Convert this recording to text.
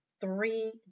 three